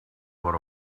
what